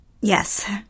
Yes